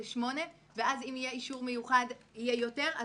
שמונה ואז אם יהיה אישור מיוחד יהיו יותר?